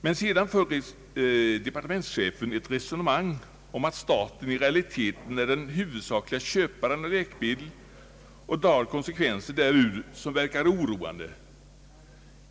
Men sedan för departementschefen ett resonemang om att staten i realiteten skulle vara den huvudsakliga köparen av läkemedel och drar konsekvenser därur som verkar oroande.